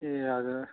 ए हजुर